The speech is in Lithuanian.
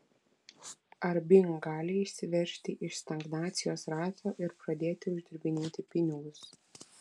ar bing gali išsiveržti iš stagnacijos rato ir pradėti uždirbinėti pinigus